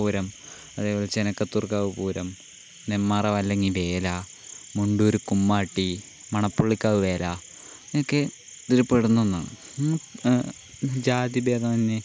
പൂരം അതുപോലെ ചെനക്കത്തൂർകാവ് പൂരം നെന്മാറവല്ലങ്ങി വേല മുണ്ടൂര് കുമ്മാട്ടി മണപ്പുള്ളിക്കാവ് വേല ഇതൊക്കെ ഇതിൽപ്പെടുന്ന ഒന്നാണ് ജാതിഭേദമന്യേ